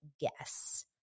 guess